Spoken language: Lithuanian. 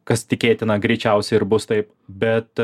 kas tikėtina greičiausiai ir bus taip bet